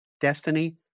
Destiny